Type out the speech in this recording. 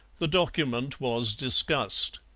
the document was discussed.